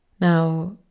now